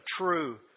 true